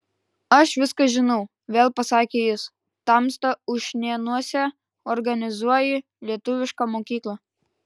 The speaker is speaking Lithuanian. aš viską žinau vėl pasakė jis tamsta ušnėnuose organizuoji lietuvišką mokyklą